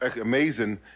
amazing